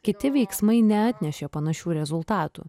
kiti veiksmai neatnešė panašių rezultatų